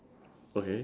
okay